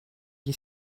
gli